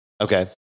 Okay